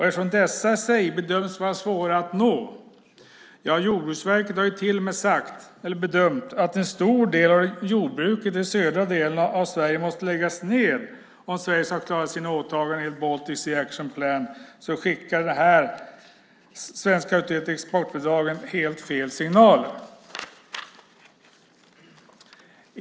Eftersom dessa i sig bedöms vara svåra att nå - Jordbruksverket har till och med bedömt att en stor del av jordbruket i södra delen av Sverige måste läggas ned om Sverige ska klara sina åtaganden enligt Baltic Sea Action Plan - skickar det svenska jaet till exportbidragen helt fel signaler.